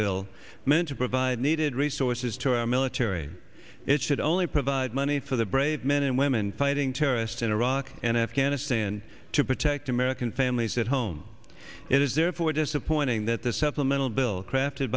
bill meant to provide needed resources to our military it should only provide money for the brave men and women fighting terrorists in iraq and afghanistan to protect american families at home it is therefore disappointing that the supplemental bill crafted